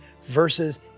versus